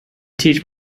teach